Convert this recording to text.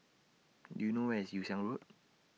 Do YOU know Where IS Yew Siang Road